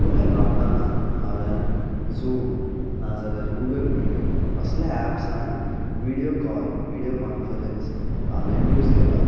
पुराय लॉकडावनांत हांवें झूम नाजल्यार गुगलमीट असल्या ऍपां विडियो कॉल विडियो कॉन्फरेंस हांवें यूज केला